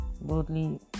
boldly